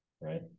Right